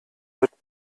mit